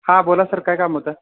हां बोला सर काय काम होतं